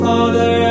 Father